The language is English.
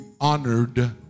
honored